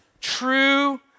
true